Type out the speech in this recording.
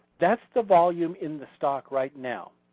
that's the volume in the stock right now.